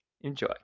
Enjoy